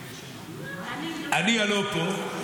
הנייה לא פה.